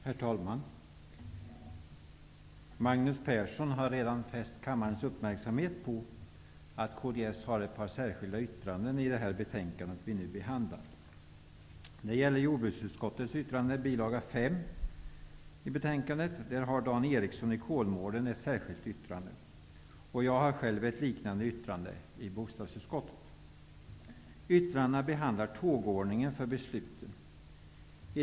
Herr talman! Magnus Persson har redan fäst kammarens uppmärksamhet på att kds har fogat ett par särskilda yttranden till det betänkande som vi nu behandlar. Till jordbruksutskottets yttrande, bil. 5 i betänkandet, har Dan Ericsson i Kolmården fogat ett särskilt yttrande. Jag har själv fogat ett liknande yttrande till bostadsutskottets betänkande.